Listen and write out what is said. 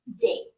date